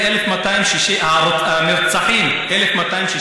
באזרחים הערבים, וממשיכה לעשות זאת.